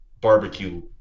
barbecue